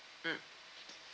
mmhmm